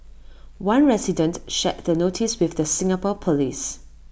one resident shared the notice with the Singapore Police